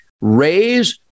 Raise